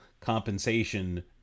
compensation